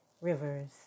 rivers